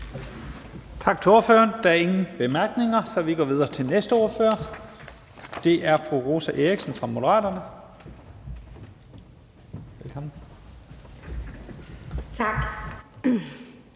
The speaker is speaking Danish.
Tak til ordføreren. Der er ingen korte bemærkninger, så vi går videre til næste ordfører, og det er fru Rosa Eriksen fra Moderaterne. Velkommen. Kl.